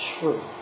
true